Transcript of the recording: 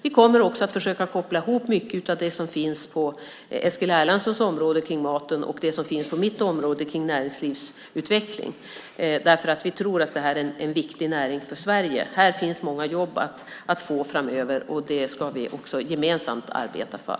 Vi kommer också att försöka koppla ihop mycket av det som finns på Eskil Erlandssons område med maten och det som finns på mitt område med näringslivsutveckling. Vi tror att det här är en viktig näring för Sverige. Här finns många jobb att få framöver, och det ska vi också gemensamt arbeta för.